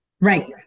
Right